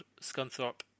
Scunthorpe